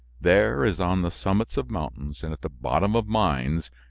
there, as on the summits of mountains and at the bottom of mines,